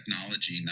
technology